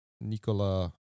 Nicola